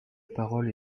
parole